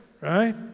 right